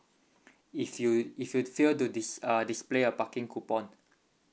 if you if you fail to dis~ uh display a parking coupon